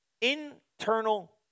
Internal